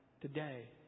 today